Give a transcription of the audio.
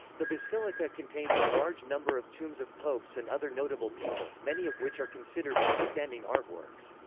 the basilica contains a large number of tombs of popes and other notable people, many of which are considered outstanding artworks.